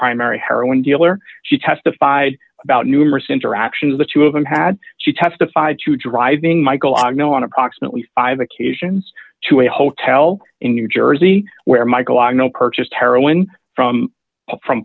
primary heroin dealer she testified about numerous interactions the two of them had she testified to driving michael i know on approximately five occasions to a hotel in new jersey where michael i know purchased heroin from a fr